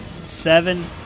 seven